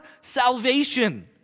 salvation